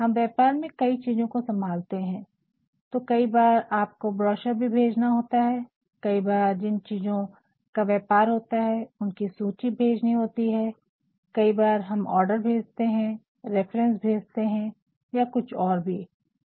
हम व्यापर में कई चीज़ो को सँभालते है तो कई बार आपको ब्रोचर भी भेजना होता है कई बार जिन चीज़ो का व्यपार होता है उनकी सूची भेजनी होती है कई बार हम आर्डर भेजते है रिफरेन्स भेजते है या और भी कुछ